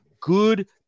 good